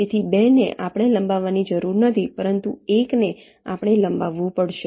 તેથી 2 ને આપણે લંબાવવાની જરૂર નથી પરંતુ 1 ને આપણે લંબાવવું પડશે